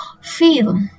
feel